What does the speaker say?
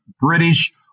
British